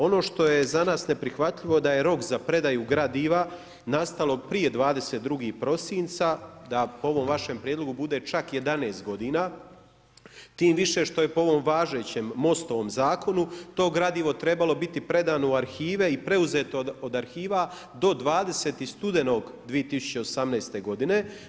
Ono što je za nas neprihvatljivo da je rok za predaju gradiva nastalog prije 22. prosinca da po ovom vašem prijedlogu bude čak 11 godina, tim više što je po ovom važećem MOST-ovom zakonu, to gradivo trebalo biti predano u arhive i preuzeto od arhiva do 20. studenog 2018. godine.